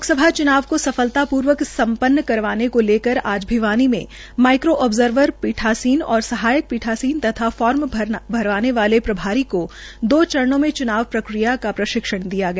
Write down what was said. लोक सभा चुनाव को सफलतापुर्वक समपन्न करवाने को लेकर आज भिवानी में माईक्रो ऑब्जर्वर पीठासीन व सहायक पीठासीन तथा फार्म भरने वाले प्रभारी को दो चरणों में च्नाव प्रक्रिया का प्रशिक्षण दिया गया